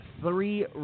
three